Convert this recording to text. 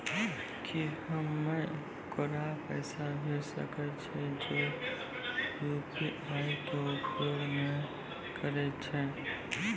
की हम्मय ओकरा पैसा भेजै सकय छियै जे यु.पी.आई के उपयोग नए करे छै?